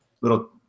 little